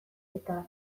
eta